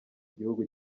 igihugu